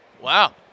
wow